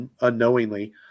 unknowingly